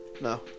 No